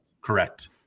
correct